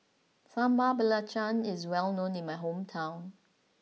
Sambal Belacan is well known in my hometown